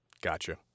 Gotcha